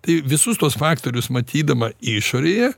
tai visus tuos faktorius matydama išorėje